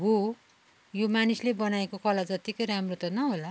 हो यो मानिसले बनाएको कला जतिकै राम्रो त नहोला